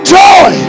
joy